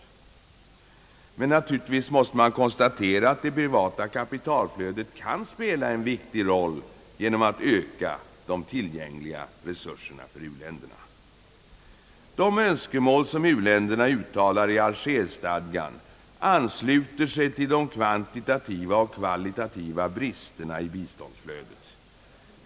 Naturligtvis måste man konstatera att det privata kapital flödet kan spela en viktig roll genom att öka de tillgängliga resurserna för uländerna. De önskemål som u-länderna uttalar i Algerstadgan ansluter sig till de kvaniitativa och kvalitativa bristerna i biståndsflödet.